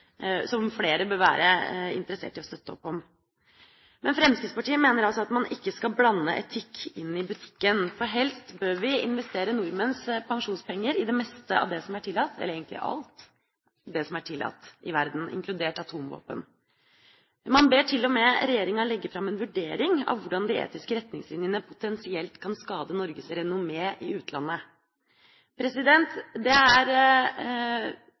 som flere bør være interessert i å støtte opp om. Men Fremskrittspartiet mener altså at man ikke skal blande etikk inn i butikken, for helst bør vi investere nordmenns pensjonspenger i det meste av det som er tillatt – eller egentlig alt som er tillatt – i verden, inkludert atomvåpen. Man ber til og med regjeringa legge fram en vurdering av hvordan de etiske retningslinjene potensielt kan skade Norges renommé i utlandet. Det vil jeg si er virkelighetsfjernt – det er